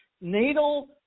natal